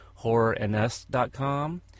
HorrorNS.com